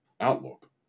outlook